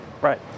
Right